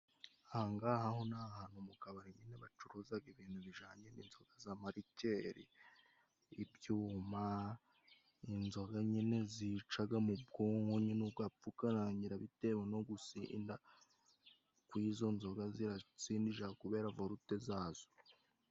Ahangahaho ni hantu mu kabari nyine bacuruzaga ibintu bijanye n'inzoka z' amarikere, ibyuma, inzoga nyine zicaga mu bwonko nyine ugapfa ukarangira bitewe no gusinda kuko izo nzoga zirasindishaga kubera volute zazo.